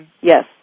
Yes